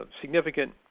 significant